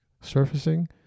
surfacing